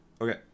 Okay